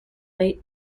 late